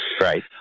Right